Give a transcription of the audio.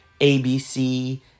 ABC